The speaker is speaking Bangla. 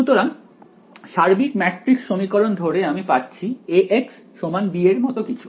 সুতরাং সার্বিক ম্যাট্রিক্স সমীকরণ ধরে আমি পাচ্ছি Ax b এর মত কিছু